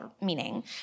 meaning